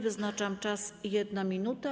Wyznaczam czas - 1 minuta.